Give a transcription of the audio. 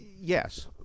Yes